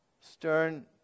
stern